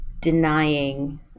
denying